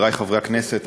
חברי חברי הכנסת,